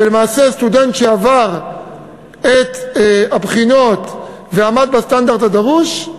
ולמעשה סטודנט שעבר את הבחינות ועמד בסטנדרט הדרוש,